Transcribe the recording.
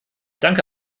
danke